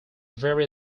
very